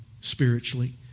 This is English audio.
spiritually